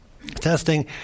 Testing